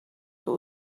für